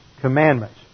commandments